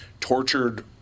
tortured